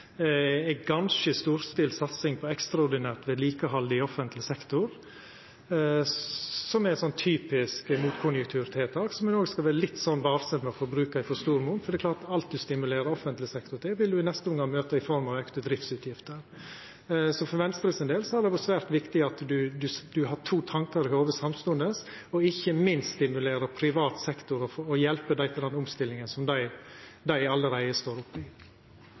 ei ganske storstilt satsing på ekstraordinært vedlikehald i offentleg sektor. Det er typiske motkonjunkturtiltak som ein skal vera litt varsam med å bruka i for stor mon, for alt ein stimulerer offentleg sektor til, vil ein i neste omgang møta i form av auka driftsutgifter. For Venstre sin del har det vore svært viktig at ein har to tankar i hovudet samstundes, og ikkje minst stimulerer privat sektor og hjelper dei med omstillinga som dei allereie står oppe i.